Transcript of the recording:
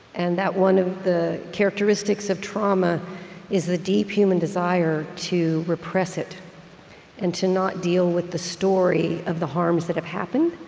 and that one of the characteristics of trauma is the deep human desire to repress it and to not deal with the story of the harms that have happened.